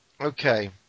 Okay